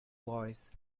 voice